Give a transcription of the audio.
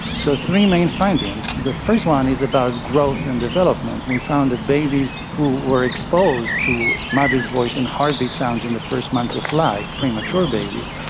so three main findings. the first one is about growth and development. we found that babies who were exposed to the mother's voice and heartbeat sounds in the first months of life, premature babies,